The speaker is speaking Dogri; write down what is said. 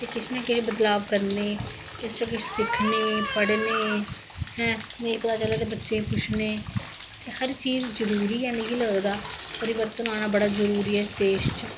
फिर किश ना किश बदलाब करने किश ना किश सिखने पढ़ने नेईं पता चले ते बच्चे गी पुच्छने हर चीज जरुरी ऐ मिगी लगदा परिबर्तन आना बड़ा जरुरी ऐ इस देश च